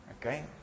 okay